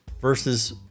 versus